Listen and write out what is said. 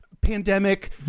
pandemic